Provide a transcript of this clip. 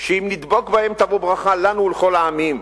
שאם נדבק בהם תבוא ברכה לנו ולכל העמים.